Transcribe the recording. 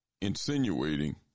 insinuating